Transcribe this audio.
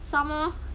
some more